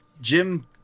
Jim